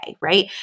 right